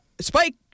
spike